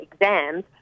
exams